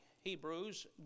Hebrews